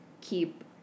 keep